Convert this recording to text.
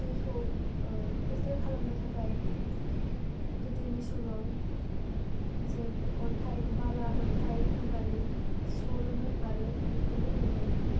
दैखौ फिल्टार खालामनो थाखाय गोदोनि समाव जों अन्थाइ बाला अन्थाइ होनानै सरोमोन आरो बेखौनो लोङोमोन